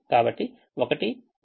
కాబట్టి 1 1 1 1 మొదలైనవి